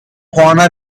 honour